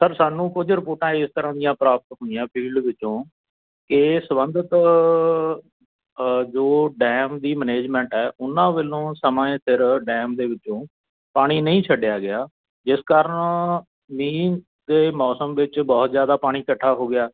sir ਸਾਨੂੰ ਕੁਝ ਰਿਪੋਰਟਾਂ ਇਸ ਤਰ੍ਹਾਂ ਦੀਆਂ ਪ੍ਰਾਪਤ ਹੋਈਆਂ ਫੀਲਡ ਵਿੱਚੋਂ ਇਹ ਸੰਬੰਧਿਤ ਜੋ ਡੈਮ ਦੀ ਮੈਨੇਜਮੈਂਟ ਹੈ ਉਹਨਾਂ ਵੱਲੋਂ ਸਮੇਂ ਸਿਰ ਡੈਮ ਦੇ ਵਿੱਚੋਂ ਪਾਣੀ ਨਹੀਂ ਛੱਡਿਆ ਗਿਆ ਜਿਸ ਕਾਰਨ ਮੀਂਹ ਦੇ ਮੌਸਮ ਵਿੱਚ ਬਹੁਤ ਜ਼ਿਆਦਾ ਪਾਣੀ ਇਕੱਠਾ ਹੋ ਗਿਆ